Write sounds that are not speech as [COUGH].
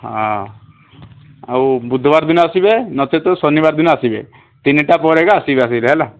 ହଁ ଆଉ ବୁଧବାର ଦିନ ଆସିବେ ନଚେତ୍ ଶନିବାର ଦିନ ଆସିବେ ତିନିଟା ପରେ [UNINTELLIGIBLE] ହେଲା